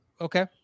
Okay